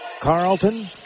Carlton